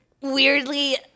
weirdly